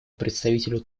представителю